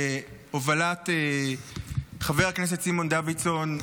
בהובלת חבר הכנסת סימון דוידסון,